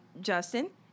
Justin